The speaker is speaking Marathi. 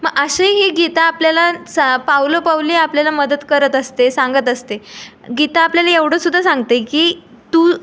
म असेही गीता आपल्याला सा पावलोपाऊली आपल्याला मदत करत असते सांगत असते गीता आपल्याला एवढंसुद्धा सांगते की तू